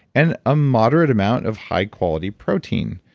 and a moderate amount of high quality protein.